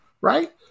right